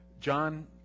John